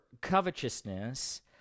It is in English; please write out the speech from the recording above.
covetousness